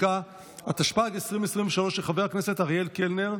התשפ"ג 2023, עברה והיא תועבר להמשך דיון ועבודה